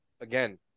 again